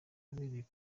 wabereye